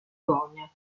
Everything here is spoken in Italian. borgogna